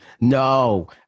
No